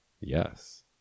yes